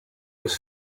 was